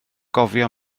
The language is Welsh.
gofio